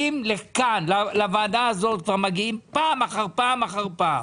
לוועדה הזו מגיעים פעם אחר פעם,